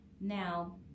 Now